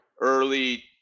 Early